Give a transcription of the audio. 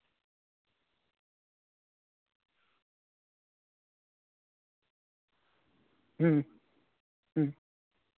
ᱦᱩᱸ ᱦᱩᱸ